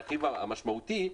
הרכיב המשמעותי,